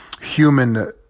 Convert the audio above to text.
human